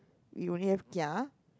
you only have kia